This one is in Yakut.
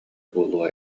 буолуо